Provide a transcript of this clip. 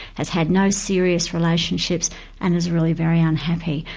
has had no serious relationships and is really very unhappy.